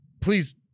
please